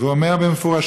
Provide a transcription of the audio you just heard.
והוא אומר מפורשות